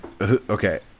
okay